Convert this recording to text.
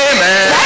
Amen